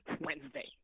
Wednesday